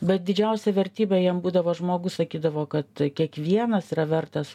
bet didžiausia vertybė jam būdavo žmogus sakydavo kad kiekvienas yra vertas